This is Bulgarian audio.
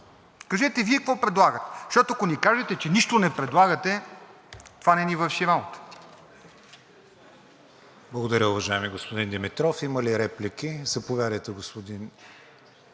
Кажете Вие какво предлагате? Защото, ако ми кажете, че нищо не предлагате, това не ни върши работа.